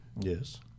Yes